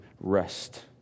rest